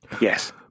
yes